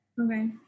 Okay